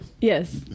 Yes